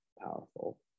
powerful